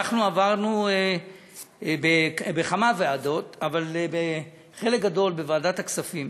אנחנו עברנו בכמה ועדות, חלק גדול בוועדת הכספים.